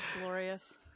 glorious